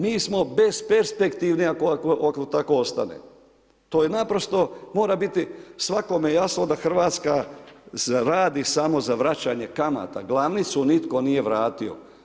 Mi smo besperspektivni ako tako ostane, to je naprosto mora biti svakome jasno da Hrvatska se radi samo za vraćanje kamata, glavnicu nitko nije vratio.